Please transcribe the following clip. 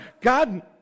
God